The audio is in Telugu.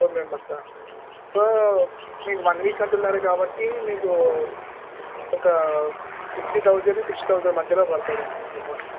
ఫోర్ మెంబర్సా సో మీకు వన్ వీక్ అంటున్నారు కాబట్టి మీకు ఒక ఫిఫ్టీ థౌజండ్ సిక్టీ థౌజండ్ మధ్యలో పడుతుదండి అమౌంట్